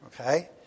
okay